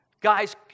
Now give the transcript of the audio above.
guys